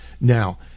Now